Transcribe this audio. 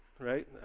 right